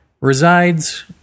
resides